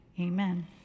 amen